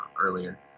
earlier